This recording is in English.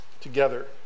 together